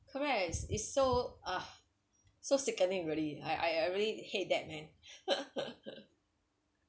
correct is so uh so sickening really I I I really hate that man